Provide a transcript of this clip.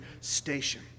station